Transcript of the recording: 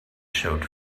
showed